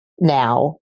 now